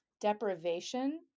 deprivation